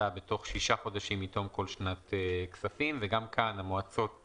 אין הערות לתקנה 4. אני מעלה אותה להצבעה